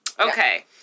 Okay